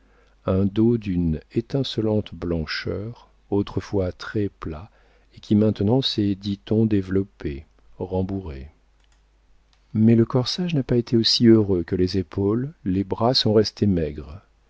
un dos d'une étincelante blancheur autrefois très plat et qui maintenant s'est dit-on développé rembourré mais le corsage n'a pas été aussi heureux que les épaules les bras sont restés maigres